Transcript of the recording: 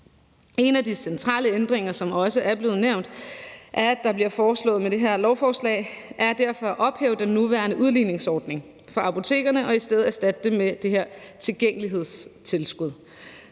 En af de centrale ændringer, som også er blevet nævnt, og som med det her lovforslag bliver foreslået, er derfor at ophæve den nuværende udligningsordning for apotekerne og i stedet erstatte det med det her tilgængelighedstilskud.